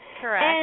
Correct